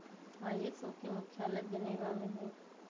ISO के मुख्यालय Geneva में हइ